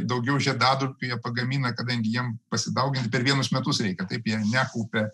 daugiau žiedadulkių jie pagamina kadangi jiems pasidauginti per vienus metus reikia taip jie nekaupia